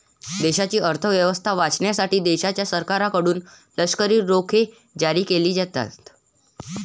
देशाची अर्थ व्यवस्था वाचवण्यासाठी देशाच्या सरकारकडून लष्करी रोखे जारी केले जातात